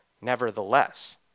Nevertheless